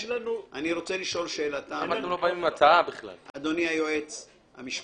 אני רוצה לשאול שאלה, אדוני היועץ המשפטי.